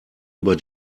über